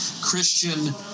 Christian